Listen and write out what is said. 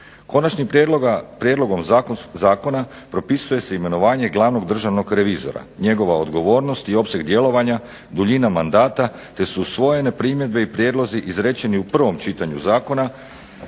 Konačnim prijedlogom zakona propisuje se imenovanje Glavnog državnog revizora, njegova odgovornost i opseg djelovanja, duljina mandata te su usvojene primjedbe i prijedlozi izrečeni u prvom čitanju zakona